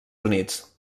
units